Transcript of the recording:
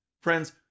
Friends